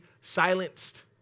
silenced